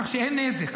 כך שאין נזק.